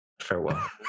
farewell